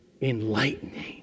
enlightening